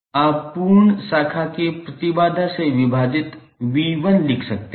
आप पूर्ण शाखा के प्रतिबाधा से विभाजित 𝑉1 लिख सकते हैं